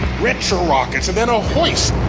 retro-rockets and then a hoist.